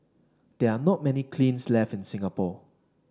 there are not many kilns left in Singapore